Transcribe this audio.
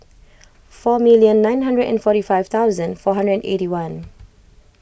four million nine hundred and forty five thousand four hundred and eighty one